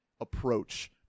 approach